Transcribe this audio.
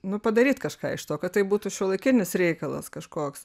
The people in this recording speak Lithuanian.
nu padaryt kažką iš to kad tai būtų šiuolaikinis reikalas kažkoks